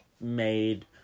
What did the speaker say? made